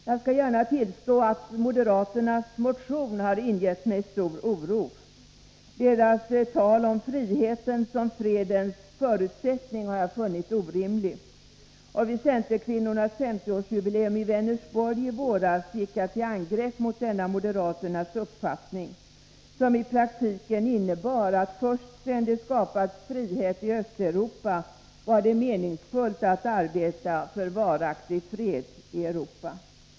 Jag skall gärna tillstå att moderaternas motion har ingett mig stor oro. Deras tal om friheten som fredens förutsättning har jag funnit orimlig. Vid centerkvinnornas 50-årsjubileum i Vänersborg i våras gick jag till angrepp mot denna moderaternas uppfattning, som i praktiken innebar att först sedan det skapats frihet i Östeuropa var det meningsfullt att arbeta för varaktig fred i Europa.